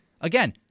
again